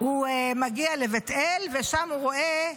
הוא מגיע לבית אל, ושם הוא רואה,